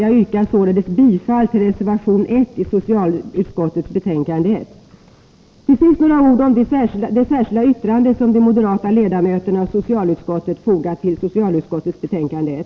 Jag yrkar bifall till reservation 1 i socialutskottets betänkande 1; Till sist några ord om det särskilda yttrande som de moderata ledamöterna i socialutskottet fogat till socialutskottets betänkande 1.